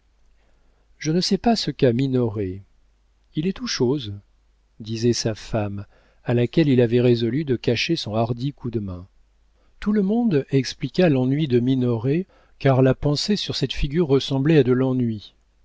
je ne sais pas ce qu'a minoret il est tout chose disait sa femme à laquelle il avait résolu de cacher son hardi coup de main tout le monde expliqua l'ennui de minoret car la pensée sur cette figure ressemblait à de l'ennui